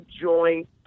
joint